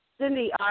Cindy